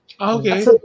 Okay